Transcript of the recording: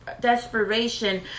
desperation